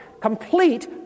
complete